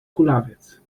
kulawiec